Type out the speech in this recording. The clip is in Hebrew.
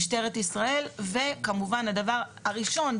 משטרת ישראל וכמובן הדבר הראשון,